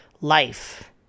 life